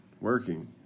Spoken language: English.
working